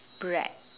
bread